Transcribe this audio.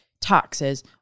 taxes